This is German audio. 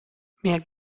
mehr